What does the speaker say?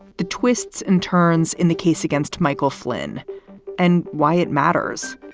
the twists and turns in the case against michael flynn and why it matters.